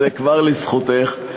וזה כבר לזכותך.